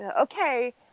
okay